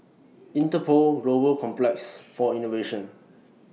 Interpol Global Complex For Innovation